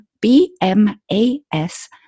B-M-A-S